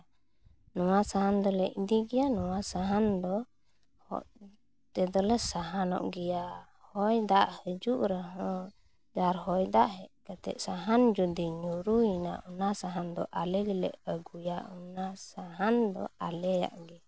ᱱᱚᱣᱟ ᱥᱟᱦᱟᱱ ᱫᱚᱞᱮ ᱤᱫᱤ ᱜᱮᱭᱟ ᱱᱚᱣᱟ ᱥᱟᱦᱟᱱ ᱫᱚ ᱦᱚᱲ ᱛᱮᱫᱚ ᱞᱮ ᱥᱟᱦᱟᱱᱚᱜ ᱜᱮᱭᱟ ᱦᱚᱭ ᱫᱟᱜ ᱦᱤᱡᱩᱜ ᱨᱮᱦᱚᱸ ᱟᱨ ᱦᱚᱭᱫᱟᱜ ᱦᱮᱡ ᱠᱟᱛᱮ ᱥᱟᱦᱟᱱ ᱡᱩᱫᱤ ᱧᱩᱨᱩᱭᱮᱱᱟ ᱚᱱᱟ ᱥᱟᱦᱟᱱ ᱫᱚ ᱟᱞᱮ ᱜᱮᱞᱮ ᱟᱹᱜᱩᱭᱟ ᱚᱱᱟ ᱥᱟᱦᱟᱱ ᱫᱚ ᱟᱞᱮᱭᱟᱜ ᱜᱮ